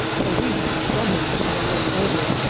for we had so many on the way over.